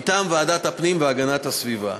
מטעם ועדת הפנים והגנת הסביבה.